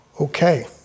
okay